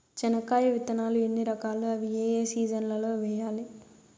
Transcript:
చెనక్కాయ విత్తనాలు ఎన్ని రకాలు? అవి ఏ ఏ సీజన్లలో వేయాలి?